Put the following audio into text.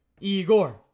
Igor